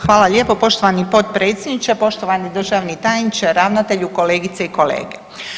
Hvala lijepo poštovani potpredsjedniče, poštovani državni tajniče, ravnatelju, kolegice i kolege.